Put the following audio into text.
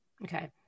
Okay